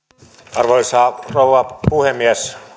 arvoisa rouva puhemies